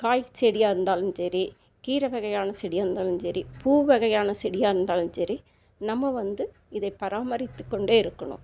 காய் செடியாக இருந்தாலும் சரி கீரை வகையான செடியாக இருந்தாலும் சரி பூ வகையான செடியாக இருந்தாலும் சரி நம்ம வந்து இதை பராமரித்துக்கொண்டே இருக்கணும்